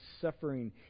suffering